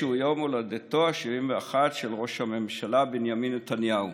שהוא יום הולדתו ה-71 של ראש הממשלה בנימין נתניהו.